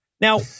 Now